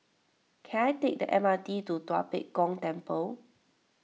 can I take the M R T to Tua Pek Kong Temple